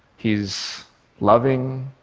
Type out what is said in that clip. he's loving,